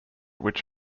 which